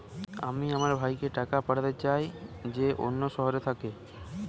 আমি আমার ভাইকে টাকা পাঠাতে চাই যে অন্য শহরে থাকে